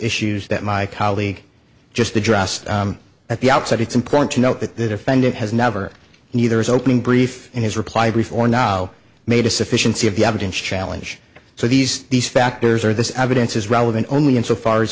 issues that my colleague just addressed at the outset it's important to note that the defendant has never neither is opening brief in his reply brief or not made a sufficiency of the evidence challenge so these these factors or this evidence is relevant only in so